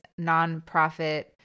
nonprofit